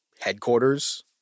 headquarters